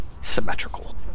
symmetrical